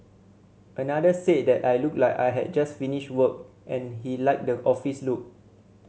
another said that I looked like I had just finished work and he liked the office look